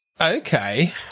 Okay